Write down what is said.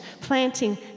planting